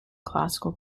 classical